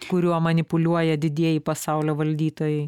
kuriuo manipuliuoja didieji pasaulio valdytojai